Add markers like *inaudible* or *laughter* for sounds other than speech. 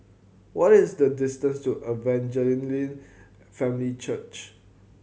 what is the distance to Evangel *unintelligible* Family Church